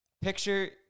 picture